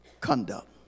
conduct